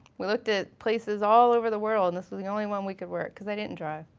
we looked at places all over the world and this was the only one we could work cause i didn't drive.